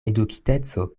edukiteco